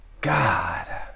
God